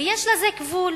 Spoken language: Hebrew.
ויש לזה גבול.